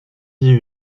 dix